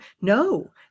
No